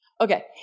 okay